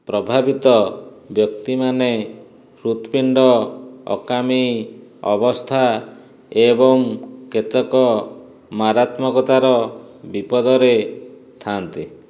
ପ୍ରଭାବିତ ବ୍ୟକ୍ତିମାନେ ହୃତ୍ପିଣ୍ଡ ଅକାମୀ ଅବସ୍ଥା ଏବଂ କେତେକ ମାରାତ୍ମକତାର ବିପଦରେ ଥା'ନ୍ତି